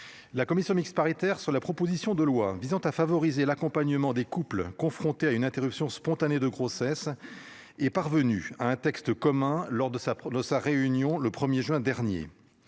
La commission mixte paritaire sur la proposition de loi visant à favoriser l'accompagnement des couples confrontés à une interruption spontanée de grossesse est parvenu à un texte commun lors de sa, de sa réunion le 1er juin dernier.